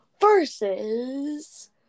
versus